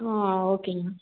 ஆ ஓகேங்க மேம்